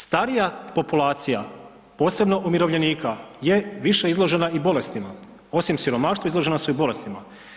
Starija populacija, posebno umirovljenika je više izložena i bolestima, osim siromaštvu, izložena su i bolestima.